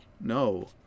No